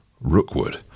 Rookwood